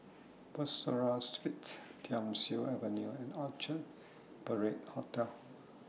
Bussorah Street Thiam Siew Avenue and Orchard Parade Hotel